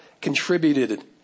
contributed